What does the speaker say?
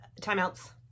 timeouts